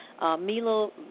Milo